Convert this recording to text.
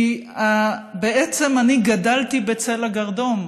כי בעצם אני גדלתי בצל הגרדום,